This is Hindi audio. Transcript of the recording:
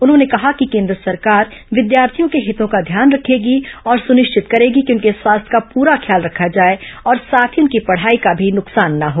उन्होंने कहा कि केन्द्र सरकार विद्यार्थियों के हितों का ध्यान रखेगी और सुनिश्चित करेगी कि उनके स्वास्थ्य का पूरा ख्याल रखा जाए और साथ ही उनकी पढ़ाई का भी नुकसान न हो